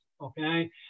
okay